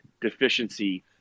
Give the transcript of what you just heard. deficiency